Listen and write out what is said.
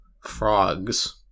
Frogs